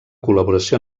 col·laboració